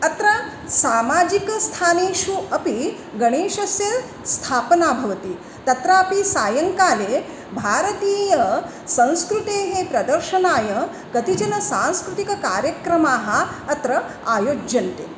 अत्र सामाजिकस्थानेषु अपि गणेशस्य स्थापना भवति तत्रापि सायङ्काले भारतीयसंस्कृतेः प्रदर्शनाय कतिचनसांस्कृतिककार्यक्रमाः अत्र आयोज्यन्ते